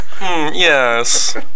Yes